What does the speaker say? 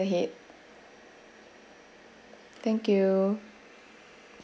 ahead thank you